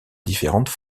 différentes